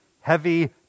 heavy